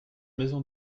maison